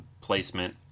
placement